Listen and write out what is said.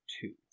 two